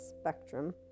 spectrum